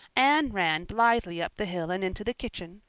anne ran blithely up the hill and into the kitchen,